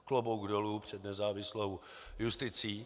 Klobouk dolů před nezávislou justicí!